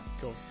Cool